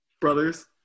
Brothers